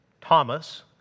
Thomas